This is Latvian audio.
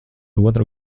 otru